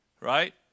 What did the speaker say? Right